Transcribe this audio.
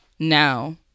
now